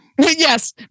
Yes